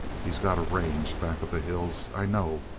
he's got a range back of the hills, i know,